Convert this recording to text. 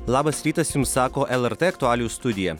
labas rytas jums sako lrt aktualijų studija